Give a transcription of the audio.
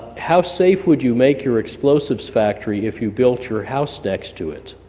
how safe would you make your explosives factory if you built your house next to it?